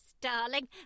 darling